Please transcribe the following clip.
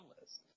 list